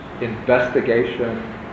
investigation